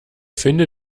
finde